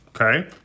Okay